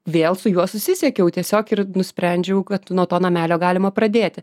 vėl su juo susisiekiau tiesiog ir nusprendžiau kad nuo to namelio galima pradėti